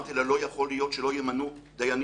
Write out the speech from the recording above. אמרתי לה שלא יכול להיות שלא ימנו דיינים.